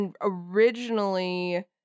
originally